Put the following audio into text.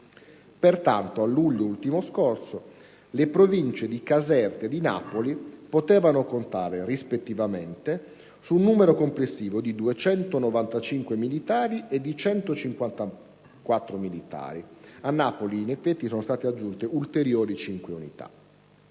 Pertanto, a luglio ultimo scorso, le province di Caserta e di Napoli potevano contare, rispettivamente, su un numero complessivo di 295 e di 154 militari. A Napoli in effetti sono state aggiunte ulteriori 5 unità.